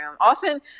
often